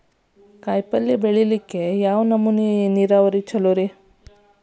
ಕಾಯಿಪಲ್ಯ ಬೆಳಿಯಾಕ ಯಾವ್ ನಮೂನಿ ನೇರಾವರಿ ಛಲೋ ರಿ?